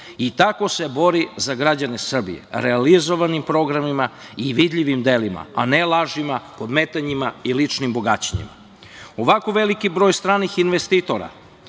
Tako se bori za građane Srbije, realizovanim programima i vidljivim delima, a ne lažima, podmetanjima i ličnim bogaćenjem. Ovako veliki broj stranih investitora